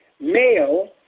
male